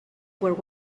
were